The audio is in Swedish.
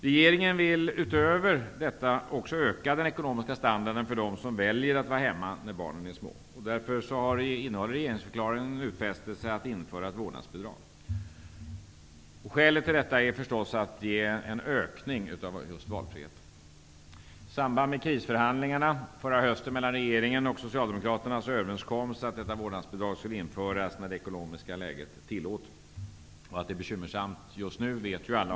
Regeringen vill utöver detta också öka den ekonomiska standarden för dem som väljer att vara hemma när barnen är små. Därför innehåller regeringsförklaringen en utfästelse om att införa ett vårdnadsbidrag. Skälet till detta är förstås att det innebär en ökning av valfriheten. I samband med krisförhandlingarna förra hösten mellan regeringen och Socialdemokraterna kom vi överens om att detta bidrag skall införas när det ekonomiska läget tillåter det. Att det är bekymmersamt just nu vet alla.